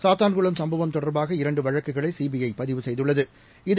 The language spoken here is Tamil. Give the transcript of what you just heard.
சாத்தான்குளம் சம்பவம் தொடர்பாக இரண்டுவழக்குகளைசிபிஐபதிவு செய்துள்ளது